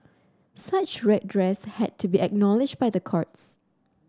such redress had to be acknowledged by the courts